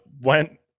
went